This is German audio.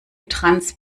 trans